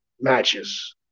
matches